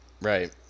right